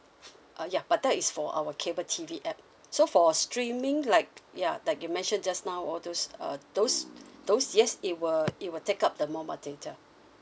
uh ya but that is for our cable T_V app so for streaming like ya like you mentioned just now all those uh those those yes it will it will take up the mobile data